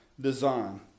design